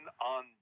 on